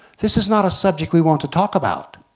this is not a subject we want to talk about.